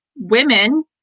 women